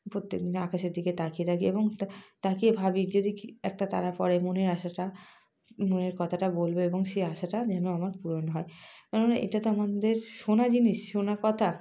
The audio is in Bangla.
প্রত্যেকদিন আকাশের দিকে তাকিয়ে থাকি এবং তা তাকিয়ে ভাবি যে দেখি একটা তারা পড়ে মনের আশাটা মনের কথাটা বলব এবং সে আশাটা যেন আমার পূরণ হয় কেননা এটা তো আমাদের শোনা জিনিস শোনা কথা